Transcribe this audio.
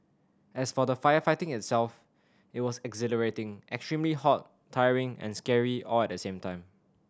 as for the firefighting itself it was exhilarating extremely hot tiring and scary all at the same time